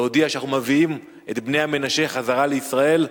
להודיע שאנחנו מביאים את בני המנשה חזרה לישראל.